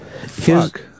Fuck